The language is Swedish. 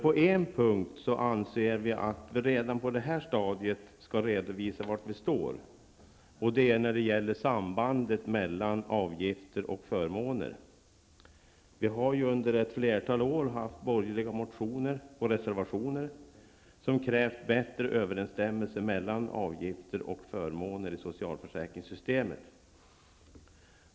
På en punkt anser vi emellertid att vi redan på det här stadiet skall redovisa var vi står. Det gäller sambandet mellan avgifter och förmåner. Under ett flertal år har vi haft borgerliga motioner och reservationer, som krävt bättre överensstämmelse mellan avgifter och förmåner i socialförsäkringssystemet.